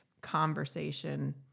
conversation